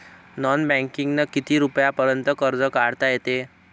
Non बँकिंगनं किती रुपयापर्यंत कर्ज काढता येते?